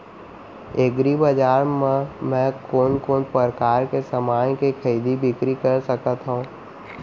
एग्रीबजार मा मैं कोन कोन परकार के समान के खरीदी बिक्री कर सकत हव?